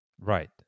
Right